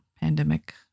pandemic